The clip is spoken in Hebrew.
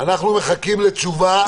אנחנו מחכים לתשובה